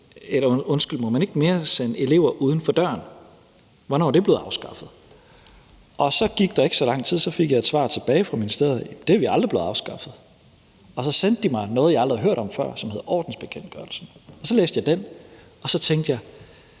Må man ikke mere sende elever uden for døren? Hvornår er det blev afskaffet? Og så gik der ikke så lang tid, og jeg fik et svar tilbage fra ministeriet: Det er aldrig blevet afskaffet. Og så sendte de mig noget, jeg aldrig havde hørt om før, som hed ordensbekendtgørelsen, og så læste jeg den, og så tænkte jeg: